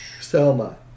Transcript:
Selma